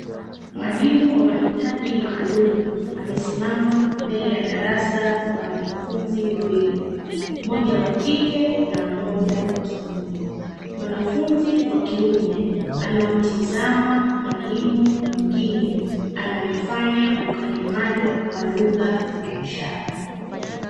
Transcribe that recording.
Mwalimu wa mahitaji maalum, amesimama mbele ya darasa na wanafunzi wawili, mmoja wa kike na mmoja wa kiume, mwanafunzi wa kiume, anamtizama mwalimu mwingine, anayefanya ukalimani kwa lugha ya ishara.